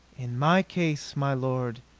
in my case, my lord,